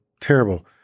terrible